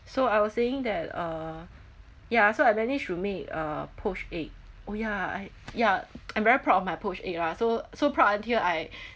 so I was saying that uh ya so I manage to make uh poached egg oh ya I ya I'm very proud of my poached egg lah so so proud until I